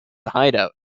hideout